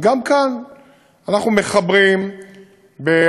גם כאן אנחנו מחברים ברכבות,